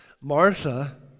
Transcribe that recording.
Martha